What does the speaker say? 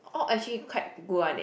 all actually quite good one eh